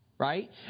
Right